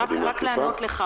ברסי, לענות לך.